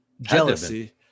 jealousy